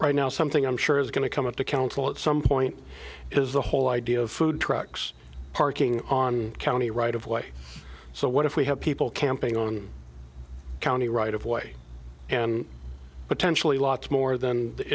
right now something i'm sure is going to come up to council at some point is the whole idea of food trucks parking on county right of way so what if we have people camping on county right of way and potentially lots more than the